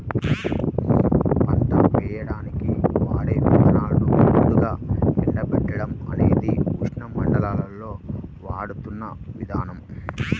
పంట వేయడానికి వాడే విత్తనాలను ముందుగా ఎండబెట్టడం అనేది ఉష్ణమండలాల్లో వాడుతున్న విధానం